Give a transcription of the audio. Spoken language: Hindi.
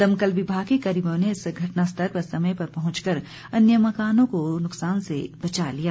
दमकल विभाग के कर्मियों ने इस घटनास्थल पर समय पर पहुंचकर अन्य मकानों को नुकसान से बचा लिया